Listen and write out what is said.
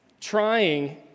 trying